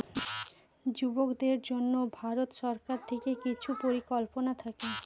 যুবকদের জন্য ভারত সরকার থেকে কিছু পরিকল্পনা থাকে